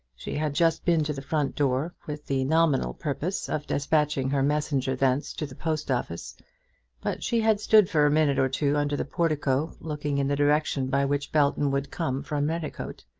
she had just been to the front door, with the nominal purpose of despatching her messenger thence to the post-office but she had stood for a minute or two under the portico, looking in the direction by which belton would come from redicote,